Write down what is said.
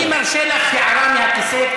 אני מרשה לך הערה מהכיסא.